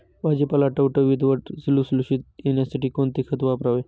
भाजीपाला टवटवीत व लुसलुशीत येण्यासाठी कोणते खत वापरावे?